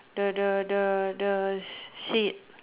the the the the seat